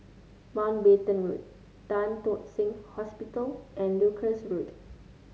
Mountbatten Road Tan Tock Seng Hospital and Leuchars Road